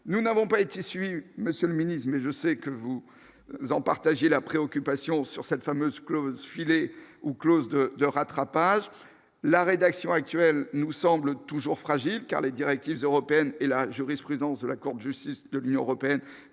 nous n'avons pas issu Monsieur le Ministre, mais je sais que vous en partager la préoccupation sur cette fameuse clause filer ou clause de de rattrapage la rédaction actuelle nous semble toujours fragile car les directives européennes et la jurisprudence de la Cour de justice de l'Union européenne